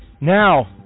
Now